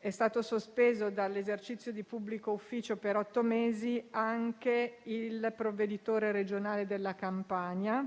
È stato sospeso dall'esercizio di pubblico ufficio per otto mesi anche il provveditore regionale della Campania,